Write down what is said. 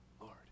Lord